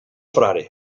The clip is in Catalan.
frare